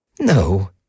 No